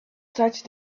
touched